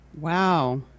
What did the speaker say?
Wow